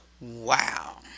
Wow